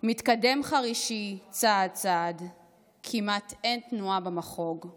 מתקדם חרישי צעד צעד / כמעט אין תנועה במחוג, /